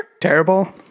Terrible